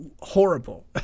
horrible